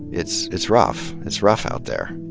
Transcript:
it's it's rough. it's rough out there.